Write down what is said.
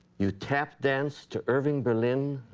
you tap dance to irving berlin?